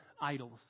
idols